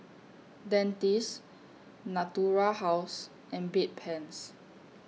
Dentiste Natura House and Bedpans